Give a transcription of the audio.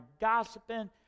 gossiping